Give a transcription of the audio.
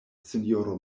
sinjoro